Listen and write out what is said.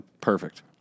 perfect